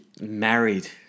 married